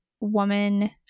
woman